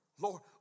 Lord